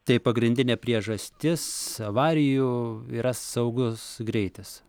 tai pagrindinė priežastis avarijų yra saugus greitis